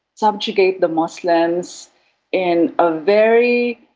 subjugate the muslims in a very,